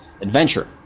Adventure